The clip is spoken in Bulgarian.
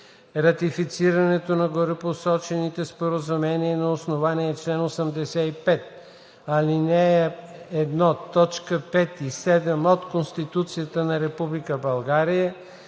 Ратифицирането на горепосочените споразумения е на основание чл. 85, ал. 1, т. 5 и 7 от Конституцията на Република